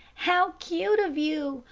how cute of you!